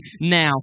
now